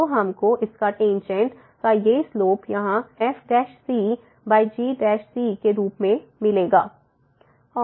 तो हमको इस टेंजेंट का ये स्लोप यहाँ fg के रूप में मिलेगा